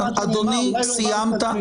סליחה.